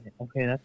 Okay